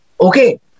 Okay